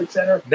Center